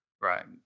right